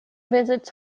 visits